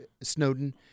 Snowden